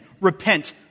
repent